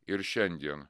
ir šiandien